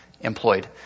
employed